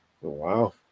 Wow